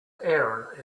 aaron